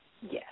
Yes